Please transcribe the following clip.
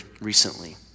recently